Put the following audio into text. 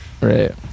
Right